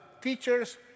teachers